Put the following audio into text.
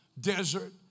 desert